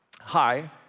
Hi